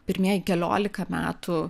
pirmieji keliolika metų